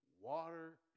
water